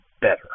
better